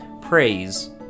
Praise